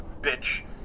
Bitch